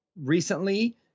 recently